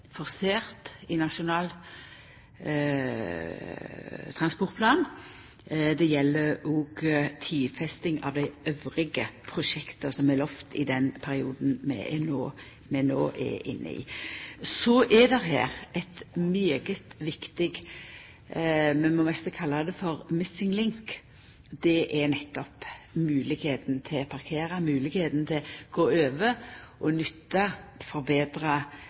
forsert i Nasjonal transportplan. Det gjeld òg tidfesting av dei andre prosjekta som er lova i den perioden vi no er inne i. Så er det ein svært viktig – vi må nesten kalla det for missing link. Det er nettopp moglegheita til å parkera, moglegheita til å gå over og